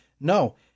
No